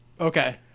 Okay